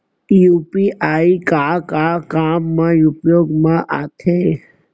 UPI का का काम मा उपयोग मा आथे?